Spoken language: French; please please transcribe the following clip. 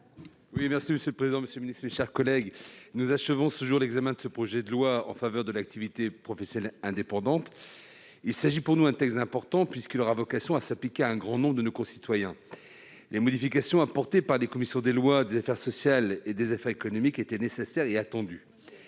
vote. Monsieur le président, monsieur le ministre, mes chers collègues, nous achevons l'examen de ce projet de loi en faveur de l'activité professionnelle indépendante. Il s'agit à nos yeux d'un texte important, puisqu'il aura vocation à s'appliquer à un grand nombre de nos concitoyens. Les modifications apportées par la commission des lois, ainsi que par la commission des affaires sociales et la commission des affaires économiques, étaient nécessaires et attendues.